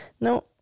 No